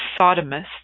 sodomists